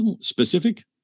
specific